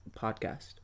podcast